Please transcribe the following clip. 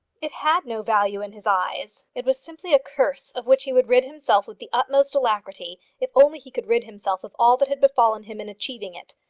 it had no value in his eyes. it was simply a curse of which he would rid himself with the utmost alacrity if only he could rid himself of all that had befallen him in achieving it.